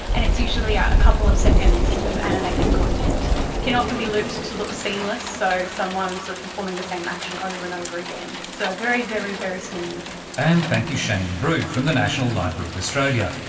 and it's usually a couple of seconds of animated content. it can often be looped to look seamless, so someone sort of performing the same action over and over again. so a very, very, very small movie. and thank you cheney brew from the national library of australia.